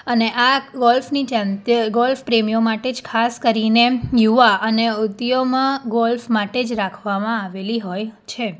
અને આ ગોલ્ફની ગોલ્ફ પ્રેમીઓ માટે જ ખાસ કરીને યુવા અને યુવતીઓમાં ગોલ્ફ માટે જ રાખવામાં આવેલી હોય છે